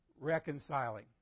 reconciling